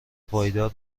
پایدار